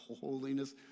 holiness